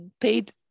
paid